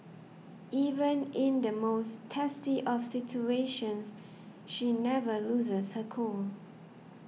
even in the most testy of situations she never loses her cool